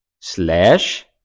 slash